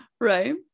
right